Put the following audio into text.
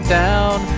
down